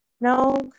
No